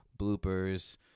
bloopers